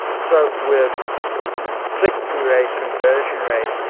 so, with click-through rate, conversion rate,